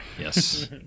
Yes